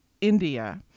India